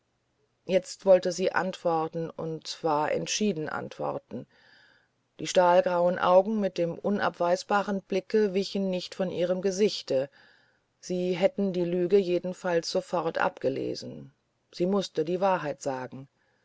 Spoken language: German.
jetzt sollte sie antworten und zwar entschieden antworten die stahlgrauen augen mit dem unabweisbaren blicke wichen nicht von ihrem gesichte sie hätten die lüge jedenfalls sofort abgelesen sie mußte die wahrheit sagen